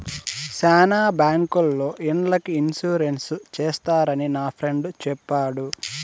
శ్యానా బ్యాంకుల్లో ఇండ్లకి ఇన్సూరెన్స్ చేస్తారని నా ఫ్రెండు చెప్పాడు